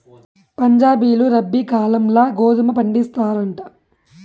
పంజాబీలు రబీ కాలంల గోధుమ పండిస్తారంట